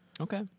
Okay